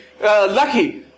lucky